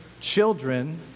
children